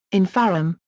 infarom,